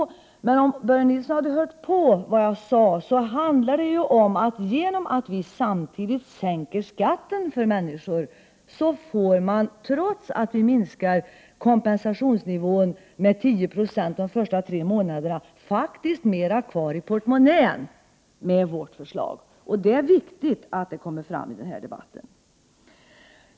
Om Börje Nilsson emellertid hade hört på vad jag sade, hade han fått klart för sig att genom att vi samtidigt sänker skatten så får man, trots att vi minskar kompensationsnivån med 10 96 de första tre månaderna, faktiskt mera kvar i portmonnän med vårt förslag. Det är viktigt att det kommer fram i denna debatt.